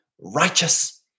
righteous